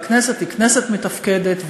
והכנסת היא כנסת מתפקדת,